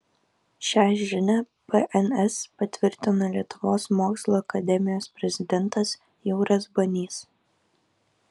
šią žinią bns patvirtino lietuvos mokslų akademijos prezidentas jūras banys